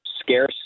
scarce